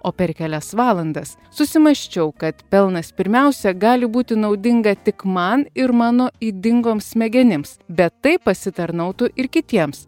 o per kelias valandas susimąsčiau kad pelnas pirmiausia gali būti naudinga tik man ir mano ydingoms smegenims bet tai pasitarnautų ir kitiems